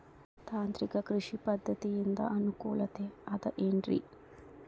ತಾಂತ್ರಿಕ ಕೃಷಿ ಪದ್ಧತಿಯಿಂದ ಅನುಕೂಲತೆ ಅದ ಏನ್ರಿ?